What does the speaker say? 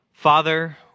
Father